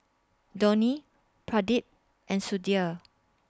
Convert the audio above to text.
Dhoni Pradip and Sudhir